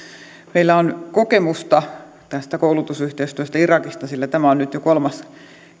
meillä on kokemusta tästä koulutusyhteistyöstä irakista sillä tämä on nyt jo kolmas